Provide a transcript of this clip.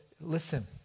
Listen